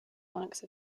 monks